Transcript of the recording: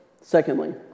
Secondly